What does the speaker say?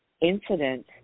incident